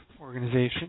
organization